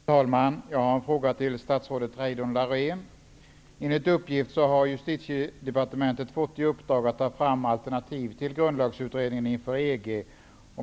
Fru talman! Jag har en fråga till statsrådet Reidunn Enligt uppgift har Justitiedepartementet fått i uppdrag att inför EG ta fram alternativ till grundlagsutredningen.